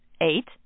eight